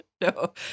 No